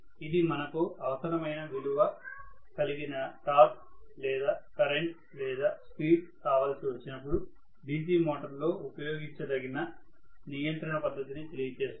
ఇది మనకు అవసరమైన విలువ కలిగిన టార్క్ లేదా కరెంట్ లేదా స్పీడ్ కావలసి వచ్చినప్పుడు DC మోటార్ లో ఉపయోగించతగిన నియంత్రణ పద్ధతిని తెలియజేస్తుంది